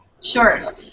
Sure